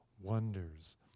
wonders